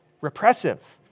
repressive